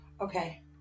Okay